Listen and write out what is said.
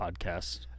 podcast